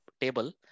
table